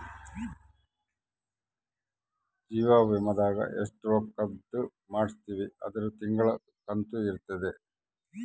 ಜೀವ ವಿಮೆದಾಗ ಎಸ್ಟ ರೊಕ್ಕಧ್ ಮಾಡ್ಸಿರ್ತಿವಿ ಅದುರ್ ತಿಂಗಳ ಕಂತು ಇರುತ್ತ